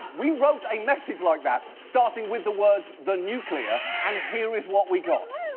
we wrote a message like that, starting with the words, the nuclear, and here is what we got.